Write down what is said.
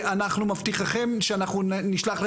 ואנחנו מבטיחים שנשלח,